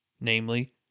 namely